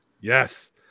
Yes